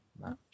maps